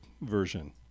version